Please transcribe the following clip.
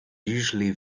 usually